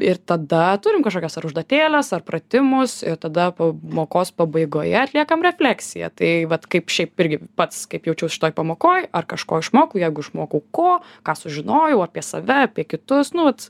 ir tada turim kažkokias ar užduotėles ar pratimus ir tada pamokos pabaigoje atliekam refleksiją tai vat kaip šiaip irgi pats kaip jaučiaus šitoj pamokoj ar kažko išmokau jeigu išmokau ko ką sužinojau apie save apie kitus nu vat